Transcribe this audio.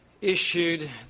issued